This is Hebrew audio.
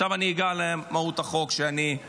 עכשיו אני אגיע למהות החוק שאני גם